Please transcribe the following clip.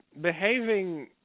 behaving